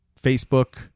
Facebook